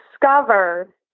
discover